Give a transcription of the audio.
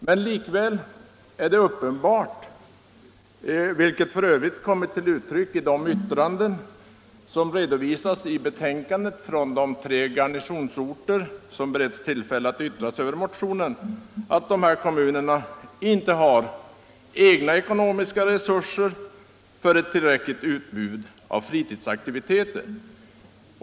Men likväl är det uppenbart vilket för övrigt kommit till uttryck i de yttranden som redovisas i betänkandet från de tre garnisonsorter som beretts tillfälle att yttra sig över motionen — att dessa kommuner inte har egna ekonomiska resurser för ett tillräckligt utbud av fritidsaktiviteter.